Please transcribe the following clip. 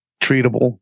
treatable